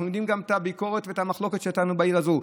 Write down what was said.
אנחנו יודעים גם על הביקורת ואת המחלוקת שהייתה לנו בעיר הזו,